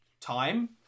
time